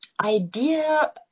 idea